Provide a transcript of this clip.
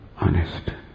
honest